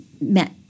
met